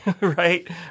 right